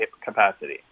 capacity